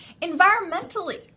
environmentally